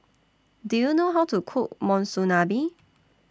Do YOU know How to Cook Monsunabe